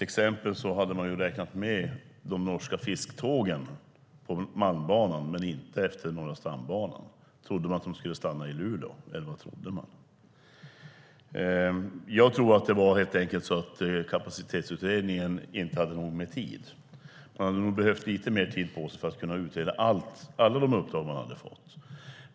Exempelvis hade man räknat med de norska fisktågen på Malmbanan, men inte på Norra stambanan. Trodde man att de skulle stanna i Luleå, eller vad trodde man? Jag tror att det helt enkelt var så att Kapacitetsutredningen inte hade nog med tid. Man hade nog behövt lite mer tid på sig för att kunna utreda alla de uppdrag man fått.